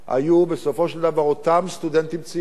היו בסופו של דבר אותם סטודנטים צעירים,